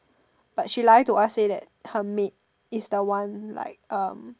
but she lie to us say that her maid is the one like um